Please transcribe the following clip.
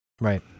Right